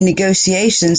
negotiations